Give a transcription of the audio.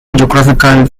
geographical